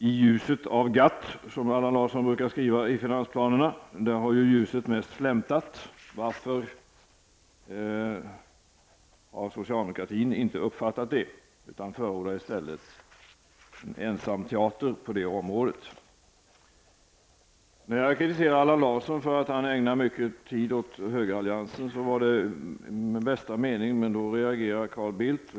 I ljuset av GATT, brukar Allan Larsson skriva i finansplanerna, men där har ju ljuset mest flämtat. Varför har inte socialdemokratin uppfattat det, utan förordar i stället ensamteater på detta område? När jag kritiserade Allan Larsson för att han ägnade tid åt högeralliansen, gjorde jag det med bästa avsikt, men då reagerade Carl Bildt.